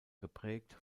geprägt